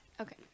okay